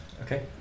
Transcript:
Okay